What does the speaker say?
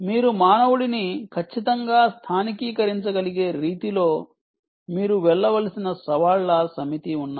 మీరు మానవుడిని ఖచ్చితంగా స్థానికీకరించగలిగే రీతిలో మీరు వెళ్ళవలసిన సవాళ్ళ సమితి ఉన్నాయి